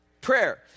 Prayer